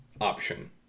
option